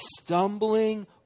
stumbling